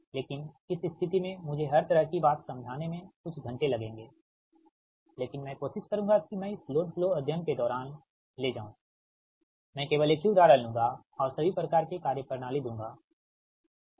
लेकिन इस स्थिति में मुझे हर तरह की बात समझाने में कुछ घंटे लगेंगे लेकिन मैं कोशिश करुंगा कि मैं इस लोड फ्लो अध्ययन के दौरान ले जाऊँ मैं केवल एक ही उदाहरण लूँगा और सभी प्रकार के कार्यप्रणाली दूँगा ठीक